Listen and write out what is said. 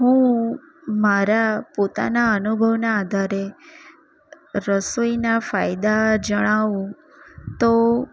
હું મારા પોતાના અનુભવના આધારે રસોઈના ફાયદા જણાવું તો